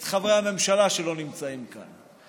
את חברי הממשלה שלא נמצאים כאן: